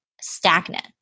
stagnant